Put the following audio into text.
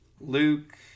Luke